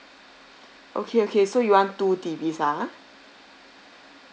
okay okay so you want two T_Vs ah